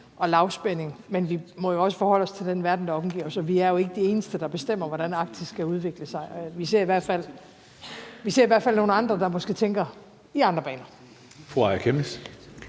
og lavspænding, men vi må også forholde os til den verden, der omgiver os, og vi er jo ikke de eneste, der bestemmer, hvordan Arktis skal udvikle sig. Vi ser i hvert fald nogle andre, der måske tænker i andre baner.